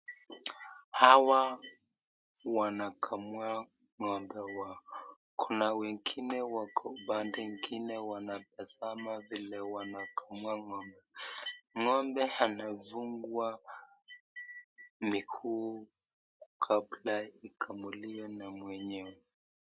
Hawa wanakamua ng'ombe wao, kuna wengine wako pande ngine wanatasama vile wanakamua ng'ombe, ng'ombe anafungwa mikuu kabla ikamuliwe na mwenyewe.